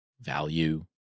value